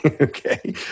Okay